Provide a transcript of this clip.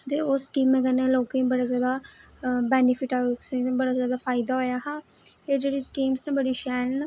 ते उस स्कीमां कन्नै लोकें गी बड़ा जैदा बैनिफिट आक्खो बड़ा जैदा फायदा होएआ हा एह् जेहड़ी स्कीमां न बड़ी शैल ना